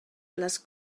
les